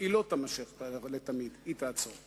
היא לא תימשך לתמיד, היא תעצור.